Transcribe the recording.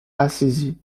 assisi